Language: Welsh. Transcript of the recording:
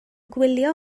gwylio